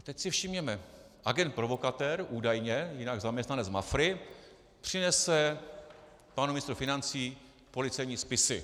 Teď si všimněme: agent provokatér údajně, jinak zaměstnanec Mafry, přinese panu ministru financí policejní spisy.